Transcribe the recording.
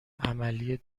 عملی